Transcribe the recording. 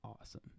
awesome